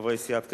חברי סיעת קדימה,